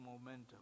momentum